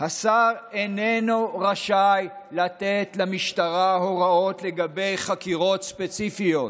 "השר איננו רשאי ליתן למשטרה הוראות לגבי חקירות ספציפיות